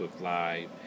Live